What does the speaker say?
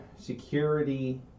security